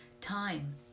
time